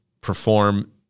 perform